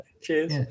Cheers